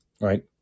right